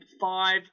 five